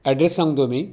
address सांगतो मी